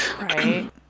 Right